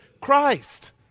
Christ